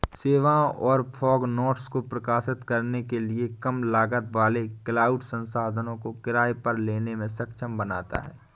सेवाओं और fog nodes को प्रकाशित करने के लिए कम लागत वाले क्लाउड संसाधनों को किराए पर लेने में सक्षम बनाता है